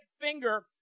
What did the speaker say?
finger